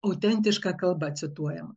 autentiška kalba cituojama